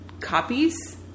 copies